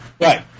Right